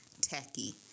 tacky